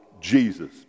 Jesus